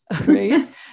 right